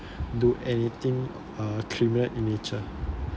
do anything uh criminal in nature